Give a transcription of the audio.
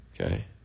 Okay